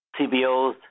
CBOs